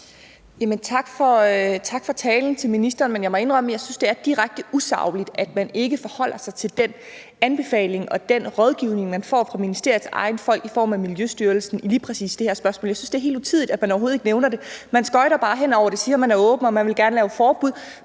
for talen. Men jeg må indrømme, at jeg synes, det er direkte usagligt, at man ikke forholder sig til den anbefaling og den rådgivning, man får fra ministeriets egne folk i form af Miljøstyrelsen, i lige præcis det her spørgsmål. Jeg synes, det er helt utidigt, at man overhovedet ikke nævner det. Man skøjter bare hen over det og siger, at man er åben, og at man gerne vil lave forbud,